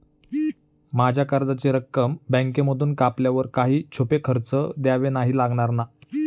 माझ्या कर्जाची रक्कम बँकेमधून कापल्यावर काही छुपे खर्च द्यावे नाही लागणार ना?